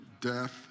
Death